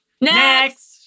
Next